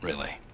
really?